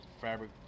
fabric